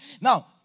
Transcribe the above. Now